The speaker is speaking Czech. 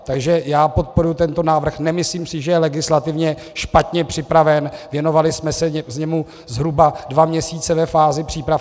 Takže já podporuji tento návrh, nemyslím si, že je legislativně špatně připraven, věnovali jsme se mu zhruba dva měsíce ve fázi příprav.